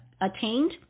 attained